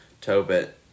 Tobit